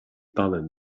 bothered